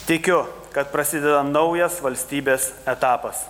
tikiu kad prasideda naujas valstybės etapas